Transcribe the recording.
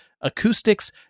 acoustics